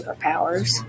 superpowers